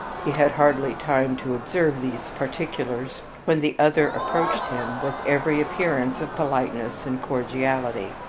he had hardly time to observe these particulars, when the other approached him with every appearance of politeness and cordiality.